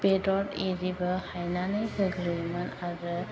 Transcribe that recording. बेदर इरिबो हायनानै होग्रोयोमोन आरो